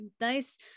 nice